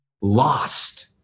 lost